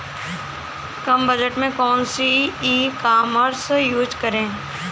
कम budget में कौन सी ई कॉमर्स यूज़ करें?